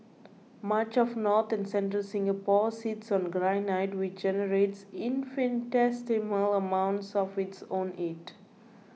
much of north and central Singapore sits on granite which generates infinitesimal amounts of its own heat